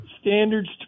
standards